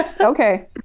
Okay